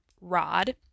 rod